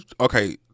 okay